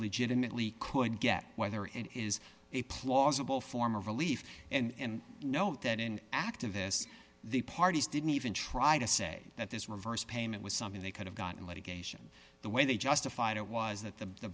legitimately could get whether it is a plausible form of relief and know that in activists the parties didn't even try to say that this reverse payment was something they could have gotten litigation the way they justified it was that the